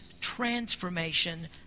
transformation